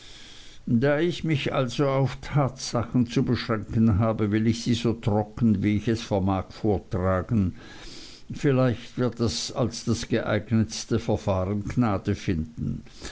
da ich mich also auf tatsachen zu beschränken habe will ich sie so trocken wie ich es vermag vortragen vielleicht wird das als das geeignetste verfahren gnade finden